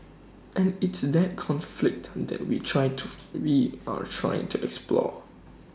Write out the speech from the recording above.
and it's that conflict that we try to we are trying to explore